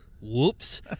whoops